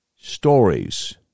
stories